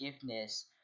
forgiveness